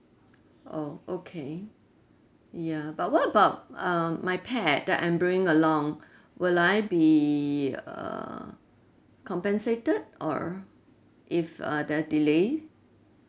oh okay ya but what about um my pet that I'm bringing along would I be uh compensated or if err there are delay